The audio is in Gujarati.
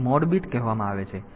તેથી તેને મોડ બીટ કહેવામાં આવે છે